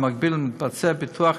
ובמקביל מתבצע פיתוח